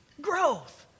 growth